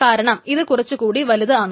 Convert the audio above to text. കാരണം അത് കുറച്ചു കൂടി വലുതാണ്